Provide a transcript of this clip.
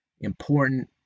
important